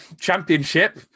Championship